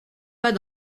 pas